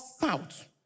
south